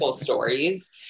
stories